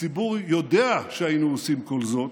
הציבור יודע שהיינו עושים כל זאת,